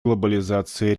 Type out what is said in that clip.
глобализации